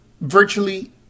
virtually